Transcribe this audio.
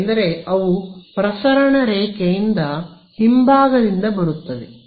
ಏಕೆಂದರೆ ಅವು ಪ್ರಸರಣ ರೇಖೆಯಿಂದ ಹಿಂಭಾಗದಿಂದ ಬರುತ್ತವೆ